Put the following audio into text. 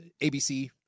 ABC